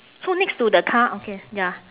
so next to the car okay ya